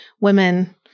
women